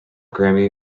grammy